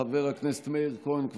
חבר הכנסת מאיר כהן,